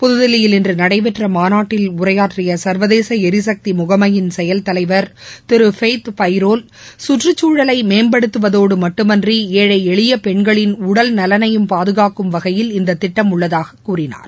புதுதில்லியில் இன்று நடைபெற்ற மாநாட்டில் உரையாற்றிய சர்வதேச எரிக்தி முகமையின் செயல்தலைவர் திரு ஃபெய்த் பைரோல் சுற்றுச்சூழலை மேம்படுத்துவதோடு மட்டுமின்றி ஏழை எளிய பெண்களின் உடல்நலனையும் பாதுகாக்கும் வகையில் இந்த திட்டம் உள்ளதாக கூறினார்